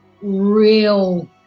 real